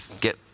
get